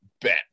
Bet